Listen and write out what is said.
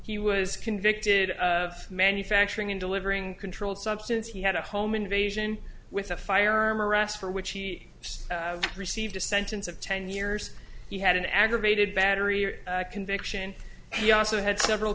he was convicted of manufacturing in delivering controlled substance he had a home invasion with a firearm arrest for which he received a sentence of ten years he had an aggravated battery conviction he also had several